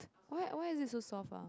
why why is it so soft ah